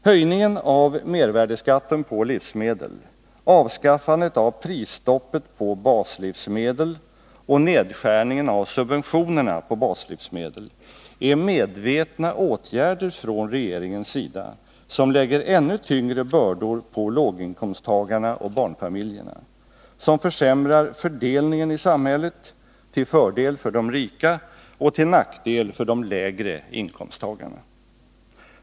Höjningen av mervärdeskatten på livsmedel, avskaffandet av prisstoppet på baslivsmedel och nedskärningen av subventionerna på baslivsmedel är medvetna åtgärder från regeringens sida som lägger ännu tyngre bördor på låginkomsttagarna och barnfamiljerna och som försämrar fördelningen i samhället till fördel för de rika och till nackdel för de lägre inkomsttagarna.